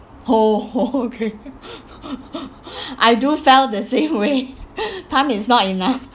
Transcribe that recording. ho ho okay I do felt the same way time is not enough